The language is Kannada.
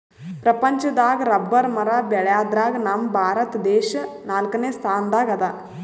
ಪ್ರಪಂಚದಾಗ್ ರಬ್ಬರ್ ಮರ ಬೆಳ್ಯಾದ್ರಗ್ ನಮ್ ಭಾರತ ದೇಶ್ ನಾಲ್ಕನೇ ಸ್ಥಾನ್ ದಾಗ್ ಅದಾ